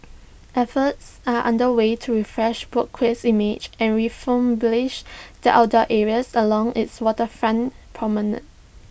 efforts are under way to refresh boat Quay's image and refurbish the outdoor areas along its waterfront promenade